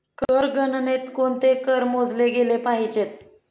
कर गणनेत कोणते कर मोजले गेले पाहिजेत?